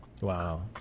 Wow